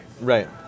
Right